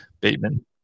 Bateman